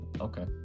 Okay